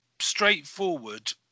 straightforward